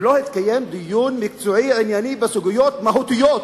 ולא התקיים דיון מקצועי, ענייני, בסוגיות מהותיות.